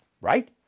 Right